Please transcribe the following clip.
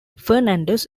fernandez